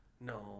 no